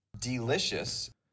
Delicious